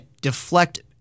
deflect